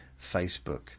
Facebook